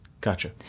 Gotcha